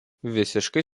visiškai